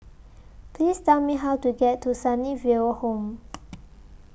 Please Tell Me How to get to Sunnyville Home